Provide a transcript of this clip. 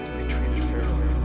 be treated fairly.